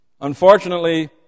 Unfortunately